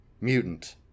mutant